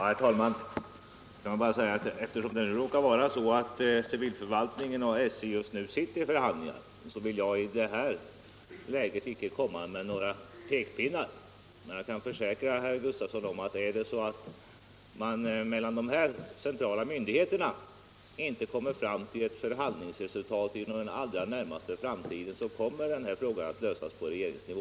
Herr talman! Eftersom försvarets civilförvaltning och SJ just nu sitter i förhandlingar vill jag i det läget inte komma med några pekpinnar. Men jag kan försäkra herr Gustavsson i Nässjö att om dessa båda centrala myndigheter inte kommer till ett förhandlingsresultat inom den närmaste framtiden så kommer frågan att lösas på regeringsnivå.